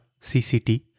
CCT